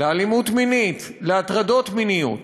אלימות מינית, הטרדות מיניות.